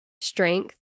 strength